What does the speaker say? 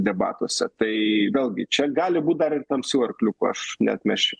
debatuose tai vėlgi čia gali būt dar ir tamsių arkliukų aš neatmesčiau